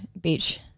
beach